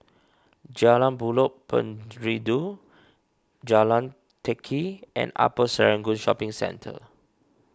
Jalan Buloh Perindu Jalan Teck Kee and Upper Serangoon Shopping Centre